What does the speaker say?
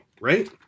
right